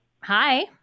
Hi